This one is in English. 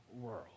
world